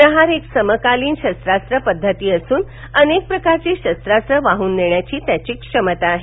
प्रहर एक समकालीन शस्त्रास्त्र पद्धती असून अनेक प्रकारची शस्त्रास्त्र वाहून नेण्याची त्याची क्षमता आहे